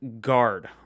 guard